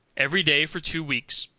every day for two weeks,